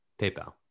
PayPal